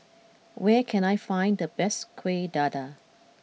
where can I find the best Kueh Dadar